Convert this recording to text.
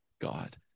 God